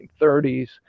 1930s